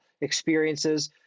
experiences